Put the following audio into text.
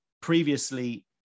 previously